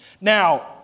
Now